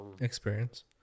Experience